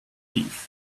thief